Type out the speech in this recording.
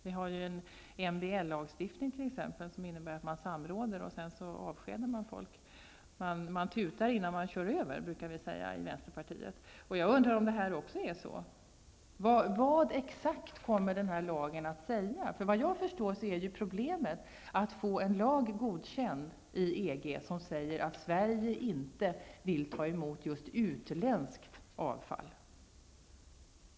Vi har en MBL-lagstiftning som innebär samråd -- sedan avskedas folk. Vi i vänsterpartiet brukar säga att man tutar innan man kör över. Är det så med denna fråga också? Vad exakt kommer denna lagstiftning säga? Vad jag förstår är problemet att få en lag godkänd i EG som säger att Sverige inte vill ta emot just utländskt avfall.